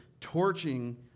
torching